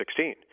2016